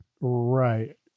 Right